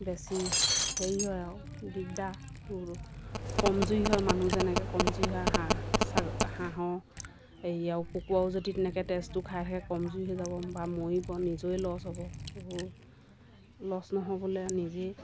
বেছি হেৰি হয় আৰু দিগদাৰ কমজোৰি হয় মানুহ যেনেকৈ কমজোৰি হয় হাঁহ হাঁহৰ হেৰি আৰু কুকুৰাও যদি তেনেকৈ তেজটো খাই থাকে কমজোৰি হৈ যাব বা মৰিব নিজৰে লছ হ'ব এইবোৰ লছ নহ'বলৈ নিজেই